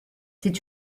c’est